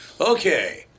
okay